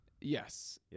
Yes